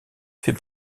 fait